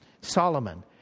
Solomon